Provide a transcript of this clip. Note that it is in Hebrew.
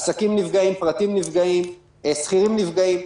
עסקים נפגעים, פרטים נפגעים, שכירים נפגעים.